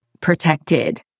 protected